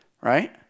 right